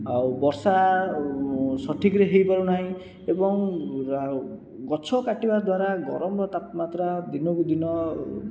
ଆଉ ବର୍ଷା ସଠିକ୍ରେ ହୋଇ ପାରୁନାହିଁ ଏବଂ ଗଛ କାଟିବା ଦ୍ଵାରା ଗରମର ତାପମାତ୍ରା ଦିନକୁ ଦିନ